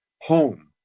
home